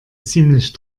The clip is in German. ziemlich